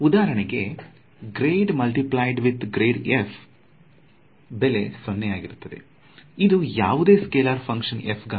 ಉದಾಹರಣೆಗೆ ಇದು ಯಾವುದೇ ಸ್ಕೆಲಾರ್ ಫ್ಹಂಕ್ಷನ್ f ಗಾಗಿ